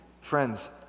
Friends